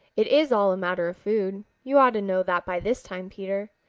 it is all a matter of food. you ought to know that by this time, peter.